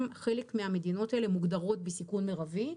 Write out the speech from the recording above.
חלק מהמדינות האלה מוגדרות בסיכון מרבי,